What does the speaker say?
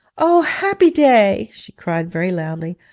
o happy day she cried very loudly,